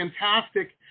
fantastic –